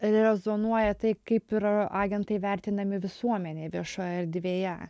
rezonuoja tai kaip ir agentai vertinami visuomenėj viešoje erdvėje